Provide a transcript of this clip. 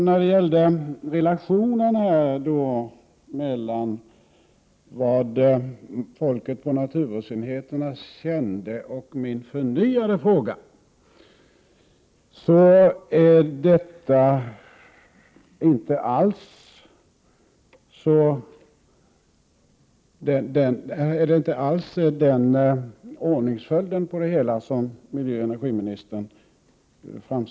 Beträffande relationen mellan vad folket på naturvårdsenheterna kände och min förnyade fråga är det inte alls den ordningsföljd på det hela som miljöoch energiministern anförde.